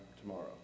tomorrow